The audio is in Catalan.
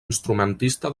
instrumentista